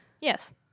Yes